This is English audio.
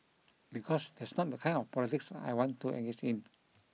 because that's not the kind of the politics I want to engage in